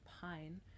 pine